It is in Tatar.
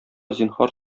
зинһар